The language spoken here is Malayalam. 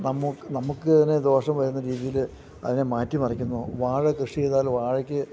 നമുക്ക് നമുക്ക് തന്നെ ദോഷം വരുന്ന രീതിയിൽ അതിനെ മാറ്റി മറിക്കുന്നു വാഴ കൃഷി ചെയ്താൽ വാഴയ്ക്ക്